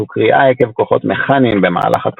הוא קריעה עקב כוחות מכניים במהלך הטראומה,